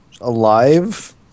alive